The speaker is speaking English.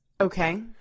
Okay